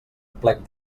plec